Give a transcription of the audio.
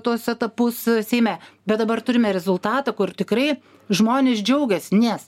tuos etapus seime bet dabar turime rezultatą kur tikrai žmonės džiaugiasi nes